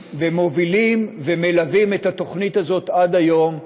והם מובילים ומלווים את התוכנית הזאת עד היום.